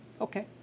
okay